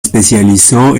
especializó